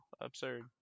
absurd